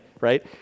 right